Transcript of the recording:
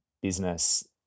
business